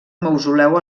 mausoleu